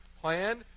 plan